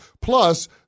Plus